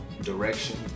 direction